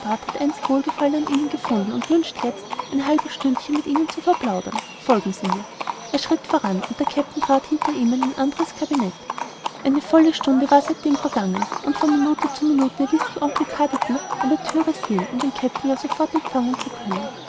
hat einst wohlgefallen an ihnen gefunden und wünscht jetzt ein halbes stündchen mit ihnen zu verplaudern folgen sie mir er schritt voran und der kapitän trat hinter ihm in ein anderes kabinet eine volle stunde war seitdem vergangen und von minute zu minute ließ sich oncle carditon an der thür sehen um den herrn kapitän ja sofort empfangen zu können